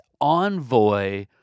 envoy